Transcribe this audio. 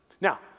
Now